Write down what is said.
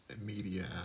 media